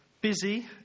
busy